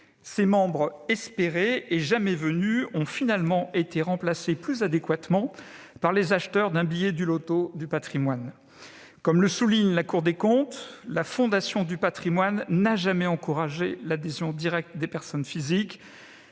Ses membres espérés et jamais venus ont finalement été remplacés, plus adéquatement, par les acheteurs d'un billet du loto du patrimoine. Comme le souligne la Cour des comptes, la Fondation du patrimoine n'a jamais encouragé l'adhésion directe des personnes physiques,